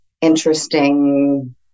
Interesting